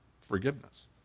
forgiveness